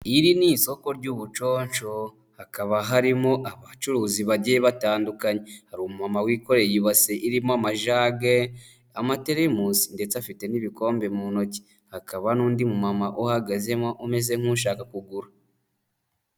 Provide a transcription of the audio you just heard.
Iri ni isoko ry'ubuconsho, hakaba harimo abacuruzi bagiye batandukanye. Hari umamama wikoreye ibase irimo amajage, amaterimusi ndetse afite n'ibikombe mu ntoki, hakaba n'undi mumama uhagazemo umeze nk'ushaka kugura.